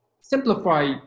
simplify